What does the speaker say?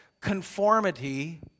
conformity